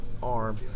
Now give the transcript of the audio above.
arm